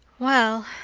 well,